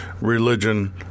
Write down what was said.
religion